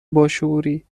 باشعوری